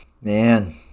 man